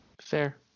Fair